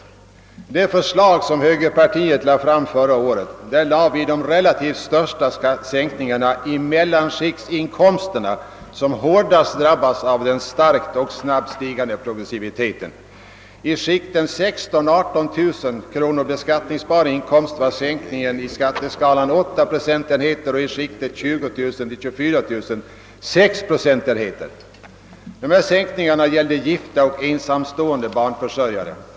I de förslag som högerpartiet lade fram förra året föreslog vi relativt större skattesänkningar för inkomster i mellanskikten, som hårdast drabbas av den starka och snabbt stigande progressiviteten. I skikten 16 000—138 000 kronor beskattningsbar inkomst föreslogs en sänkning i skatteskalan av åtta procentenheter och i skikten 20000— 24 000 kronor sex procentenheter. Dessa sänkningar gällde gifta och ensamstående barnförsörjare.